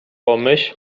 pomyś